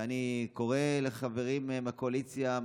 אני קורא לחברים מהקואליציה,